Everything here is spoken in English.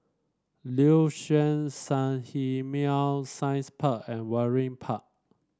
Liuxun Sanhemiao Science Park and Waringin Park